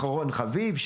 אחרון חביב,